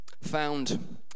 found